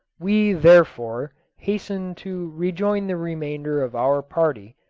we, therefore, hastened to rejoin the remainder of our party,